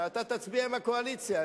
אתה תצביע עם הקואליציה,